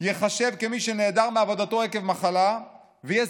ייחשב כמי שנעדר מעבודתו עקב מחלה ויהיה